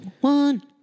One